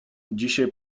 dzisiaj